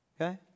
Okay